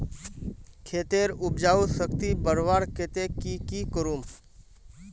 खेतेर उपजाऊ शक्ति बढ़वार केते की की करूम?